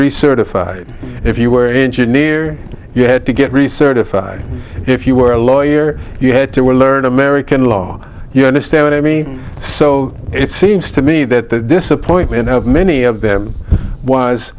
recertified if you were engineer you had to get recertified if you were a lawyer you had to were learned american law you understand what i mean so it seems to me that the disappointment of many of them was